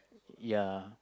ya